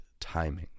timing